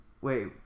wait